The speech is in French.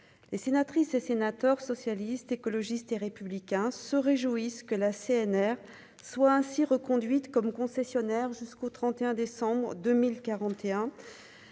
et sénatrices et sénateurs, socialiste, écologiste et républicain se réjouissent que la CNR soit ainsi reconduite comme concessionnaire jusqu'au 31 décembre 2000